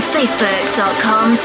Facebook.com